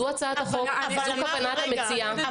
זאת הצעת החוק וזאת כוונת המציע.